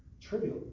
trivial